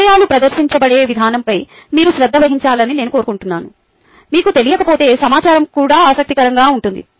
విషయాలు ప్రదర్శించబడే విధానంపై మీరు శ్రద్ధ వహించాలని నేను కోరుకుంటున్నాను మీకు తెలియకపోతే సమాచారం కూడా ఆసక్తికరంగా ఉంటుంది